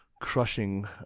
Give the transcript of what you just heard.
crushing